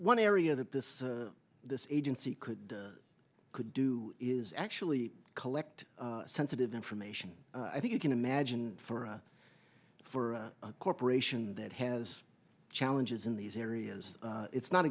one area that this this agency could could do is actually collect sensitive information i think you can imagine for us for a corporation that has challenges in these areas it's not